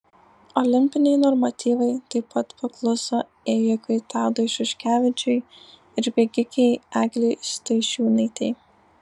olimpiniai normatyvai taip pat pakluso ėjikui tadui šuškevičiui ir bėgikei eglei staišiūnaitei